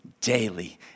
daily